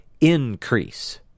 increase